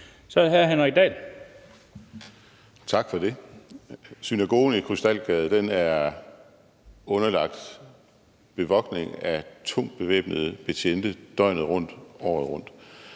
12:44 Henrik Dahl (LA): Tak for det. Synagogen i Krystalgade er underlagt bevogtning af to bevæbnede betjente døgnet rundt, året rundt.